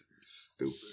Stupid